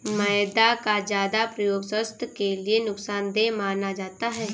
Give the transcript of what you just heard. मैदा का ज्यादा प्रयोग स्वास्थ्य के लिए नुकसान देय माना जाता है